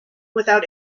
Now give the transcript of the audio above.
without